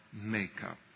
makeup